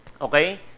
Okay